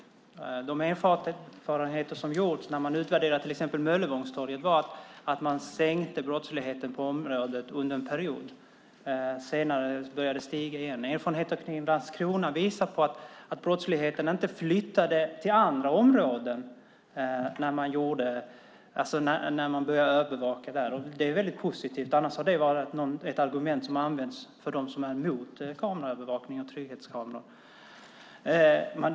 En av de erfarenheter som gjorts när man utvärderat till exempel Möllevångstorget är att man sänkt brottsligheten i området under en period, men senare började det stiga igen. Erfarenheter från Landskrona visade på att brottsligheten inte flyttade till andra områden när man började övervaka där. Det är väldigt positivt. Annars är det ett argument som använts av dem som är emot kameraövervakning och trygghetskameror.